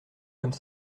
comme